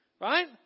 Right